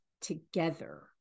together